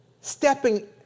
stepping